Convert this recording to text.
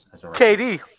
KD